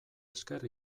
esker